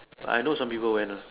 but I know some people went lah